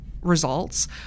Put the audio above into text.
results